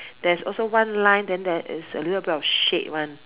there's also one line then there is a little bit of shade [one]